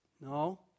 No